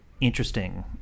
interesting